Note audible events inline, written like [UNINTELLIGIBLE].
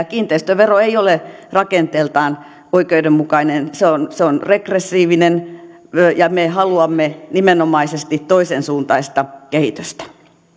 [UNINTELLIGIBLE] kiinteistövero ei ole rakenteeltaan oikeudenmukainen se on se on regressiivinen ja me haluamme nimenomaisesti toisen suuntaista kehitystä